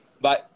Bye